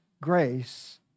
grace